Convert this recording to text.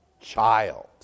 child